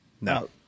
No